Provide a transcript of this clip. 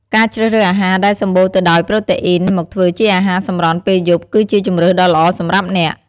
ការជ្រើសរើសអាហារដែលសម្បូរទៅដោយប្រូតេអ៊ីនមកធ្វើជាអាហារសម្រន់ពេលយប់គឺជាជម្រើសដ៏ល្អសម្រាប់អ្នក។